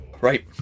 Right